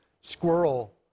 squirrel